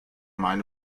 meine